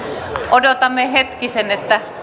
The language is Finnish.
odotamme hetkisen että